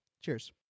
Cheers